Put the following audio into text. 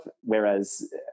Whereas